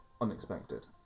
unexpected